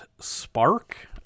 spark